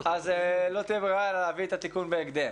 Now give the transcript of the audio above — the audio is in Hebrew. כך שלא תהיה ברירה אלא להביא את התיקון בהקדם.